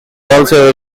also